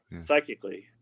psychically